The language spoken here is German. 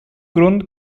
grund